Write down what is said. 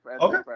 Okay